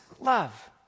love